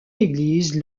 église